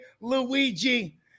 Luigi